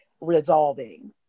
resolving